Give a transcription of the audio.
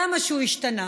כמה שהוא השתנה.